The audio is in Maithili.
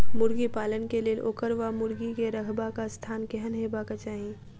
मुर्गी पालन केँ लेल ओकर वा मुर्गी केँ रहबाक स्थान केहन हेबाक चाहि?